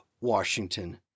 Washington